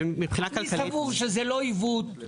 אני סבור שזה לא עיוות,